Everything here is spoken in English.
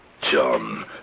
John